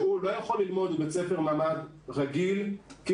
שהוא לא יכול ללמוד בבית ספר ממ"ד רגיל כי